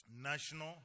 national